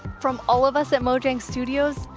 from all of us at mojang studios,